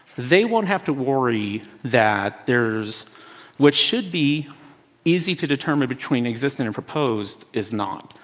they won't have to worry that there's what should be easy to determine between existing and proposed is not,